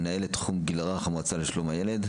מנהלת תחום הגיל הרך במועצה לשלום הילד.